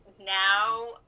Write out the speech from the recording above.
now